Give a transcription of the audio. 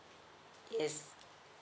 yes